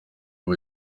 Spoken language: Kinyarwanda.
ubu